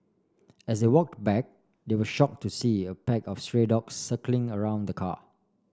as they walk back they were shocked to see a pack of stray dog circling around the car